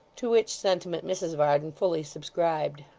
to which sentiment mrs varden fully subscribed.